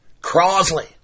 Crosley